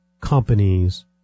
companies